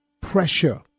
Pressure